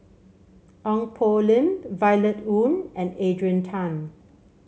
Ong Poh Lim Violet Oon and Adrian Tan